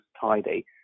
tidy